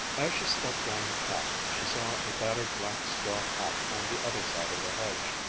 as she stepped down the path, she saw a battered black straw hat on the other side of the hedge.